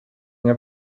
nie